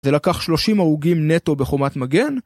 זה לקח 30 הרוגים נטו בחומת מגן